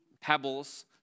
pebbles